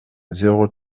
zéro